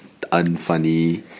unfunny